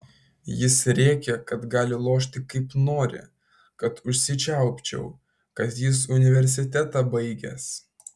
jis rėkė kad gali lošti kaip nori kad užsičiaupčiau kad jis universitetą baigęs